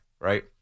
right